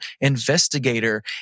investigator